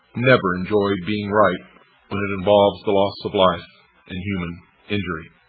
never enjoy being right when it involves the loss of life and human injury.